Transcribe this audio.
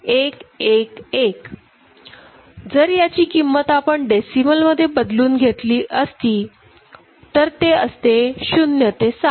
जर याची किंमत आपण डेसिमल मध्ये बदलून घेतली तर असते 0ते7